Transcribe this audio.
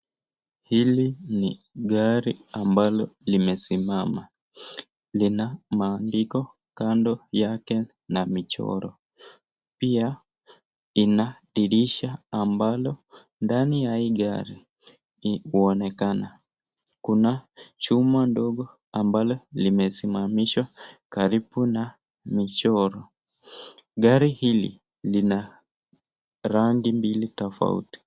Hili ni gari ambalo limesimama. Lina maandiko kando yake na michoro. Pia, lina dirisha ambalo ndani ya hili gari huonekana. Kuna chuma ndogo ambalo limesimamishwa karibu na michoro. Gari hili lina rangi mbili tofauti.